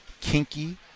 kinky